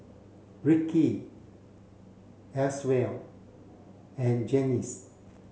Ricky Eswell and Janis